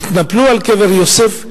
התנפלו על קבר יוסף,